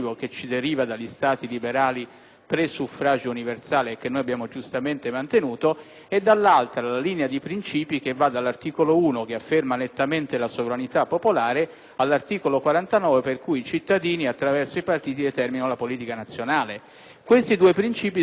presuffragio universale, che noi abbiamo giustamente mantenuto; dall'altra, vi è la linea di princìpi che va dall'articolo 1, che afferma nettamente la sovranità popolare, all'articolo 49, per cui i cittadini, attraverso i partiti, determinano la politica nazionale. I suddetti due principi sono in tensione tra loro e noi dobbiamo,